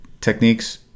techniques